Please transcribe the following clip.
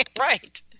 right